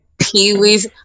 Pee-wee's